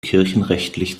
kirchenrechtlich